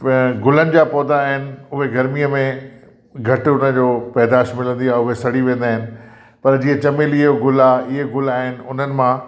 गुलनि जा पौधा आहिनि उहे गर्मीअ में घटि उन जो पैदाइश मिलंदी आहे उहे सड़ी वेंदा आहिनि पर जीअं चमेलीअ जो गुल आहे इहे गुल आहिनि उन्हनि मां